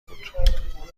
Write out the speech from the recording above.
بود